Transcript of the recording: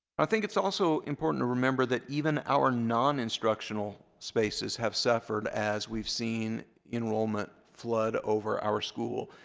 i think it's also important to remember that even our non-instructional spaces have suffered as we've seen enrollment flood over our school.